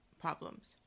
problems